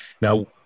Now